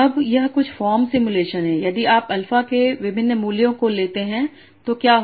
अब यह कुछ फॉर्म सिमुलेशन है यदि आप अल्फा के विभिन्न मूल्यों को लेते हैं तो क्या होगा